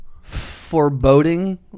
foreboding